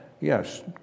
Yes